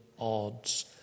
odds